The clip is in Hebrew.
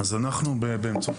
אנחנו, בשילוב